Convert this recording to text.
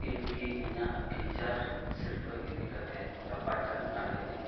ᱤᱧ ᱠᱤ ᱤᱧᱟᱹᱜ ᱯᱷᱨᱤᱪᱟᱨᱡᱽ ᱥᱤᱨᱯᱟᱹ ᱤᱫᱤ ᱠᱟᱛᱮᱫ ᱨᱟᱯᱟᱪᱟᱜ ᱫᱟᱲᱮᱭᱟᱜ ᱟᱹᱧ